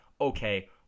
okay